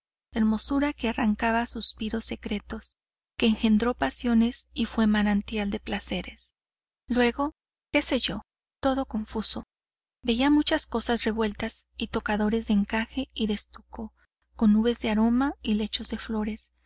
hermosura hermosura que arrancaba suspiros secretos que engendró pasiones y fue manantial de placeres luego qué sé yo todo confuso veía muchas cosas revueltas y tocadores de encaje y de estuco con nubes de aroma y lechos de flores